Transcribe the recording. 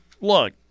look